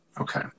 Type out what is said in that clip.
Okay